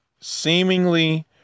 seemingly